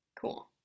Cool